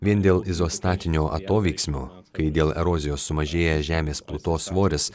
vien dėl izostatinio atoveiksmio kai dėl erozijos sumažėja žemės plutos svoris